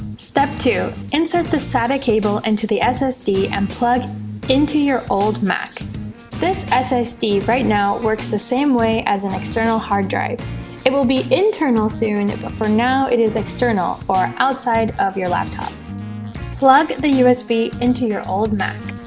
step two insert the sata cable into the ssd and plug into your old mac this ssd right now works the same way as an external hard drive it will be internal soon but for now it is external or outside of your laptop plug the usb into your old mac